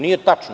Nije tačno.